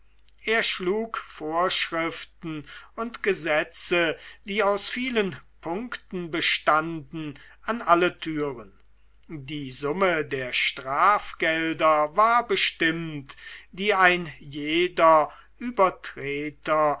er schlug vorschriften und gesetze die aus vielen punkten bestanden an alle türen die summe der strafgelder war bestimmt die ein jeder übertreter